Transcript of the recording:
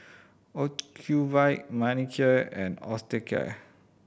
Ocuvite Manicare and Osteocare